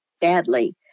badly